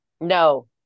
No